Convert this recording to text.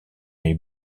est